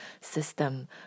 system